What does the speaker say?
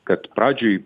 kad pradžiai